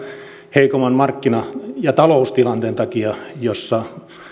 heikomman markkina ja taloustilanteen takia jossa